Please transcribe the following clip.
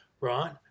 right